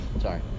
Sorry